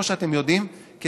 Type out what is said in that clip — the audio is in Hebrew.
כמו שאתם יודעים,